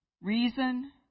Reason